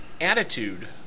attitude